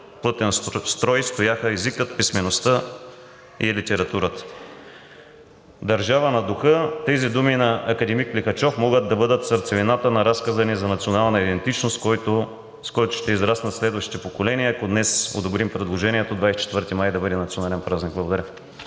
плътен строй стояха езикът, писмеността и литературата. Държава на духа.“ Тези думи на академик Лихачов могат да бъдат сърцевината на разказа ни за национална идентичност, с който ще израснат следващите поколения, ако днес одобрим предложението 24 май да бъде национален празник. Благодаря.